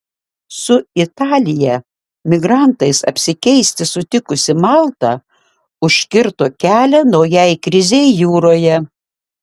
su italija migrantais apsikeisti sutikusi malta užkirto kelią naujai krizei jūroje